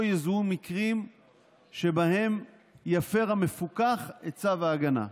יזוהו מקרים שבהם יפר המפוקח את צו ההגנה.